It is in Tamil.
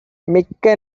மிக்க